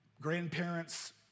Grandparents